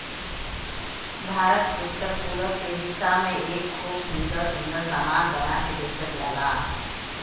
भारत के उत्तर पूरब के हिस्सा में एकर खूब सुंदर सुंदर सामान बना के बेचल जाला